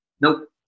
Nope